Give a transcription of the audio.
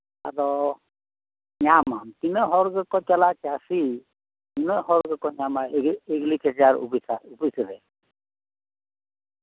ᱟᱫᱚ ᱧᱟᱢᱟᱢ ᱛᱤᱱᱟᱹᱜ ᱦᱚᱲ ᱜᱮᱠᱚ ᱪᱟᱞᱟᱜᱼᱟ ᱪᱟᱹᱥᱤ ᱩᱱᱟᱹᱜ ᱦᱚᱲ ᱜᱮᱠᱚ ᱧᱟᱢᱟ ᱮᱜᱽᱨᱤᱠᱟᱞᱪᱟᱨ ᱚᱯᱷᱤᱥᱨᱮ